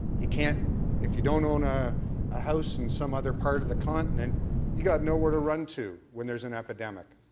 you can't if you don't own a ah house in some other part of the continent you've got nowhere to run to when there's an epidemic.